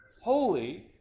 holy